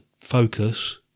focus